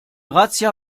razzia